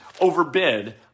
overbid